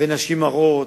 ונשים הרות,